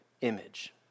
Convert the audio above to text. image